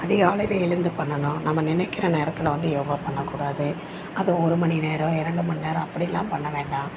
அதிகாலையில் எழுந்து பண்ணணும் நம்ம நினைக்கிற நேரத்தில் வந்து யோகா பண்ணக்கூடாது அதுவும் ஒரு மணி நேரம் இரண்டு மணி நேரம் அப்படிலாம் பண்ண வேண்டாம்